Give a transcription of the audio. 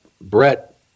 Brett